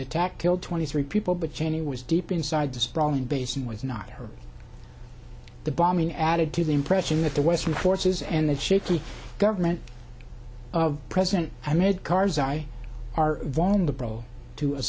attack killed twenty three people but cheney was deep inside the sprawling basin with not hurt the bombing added to the impression that the western forces and the chickie government of president hamid karzai are vulnerable to a